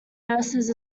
nurses